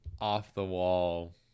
off-the-wall